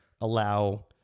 allow